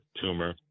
tumor